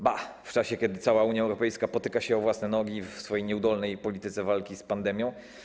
Ba, w czasie kiedy cała Unia Europejska potyka się o własne nogi w swojej nieudolnej polityce w zakresie walki z pandemią,